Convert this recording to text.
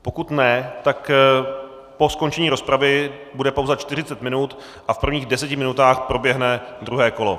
Pokud ne, tak po skončení rozpravy bude pauza 40 minut a v prvních deseti minutách proběhne druhé kolo.